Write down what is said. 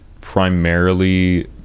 primarily